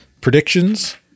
predictions